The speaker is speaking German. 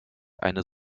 eine